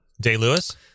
Day-Lewis